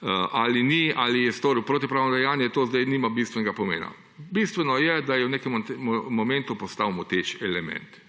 imenoval, ali je storil protipravno dejanje, to zdaj nima bistvenega pomena. Bistveno je, da je v nekem momentu postal moteč element.